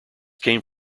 came